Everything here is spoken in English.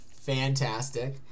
fantastic